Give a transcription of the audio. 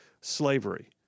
slavery